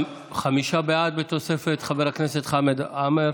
חמישה בעד, בתוספת חבר הכנסת חמד עמאר